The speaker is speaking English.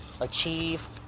achieve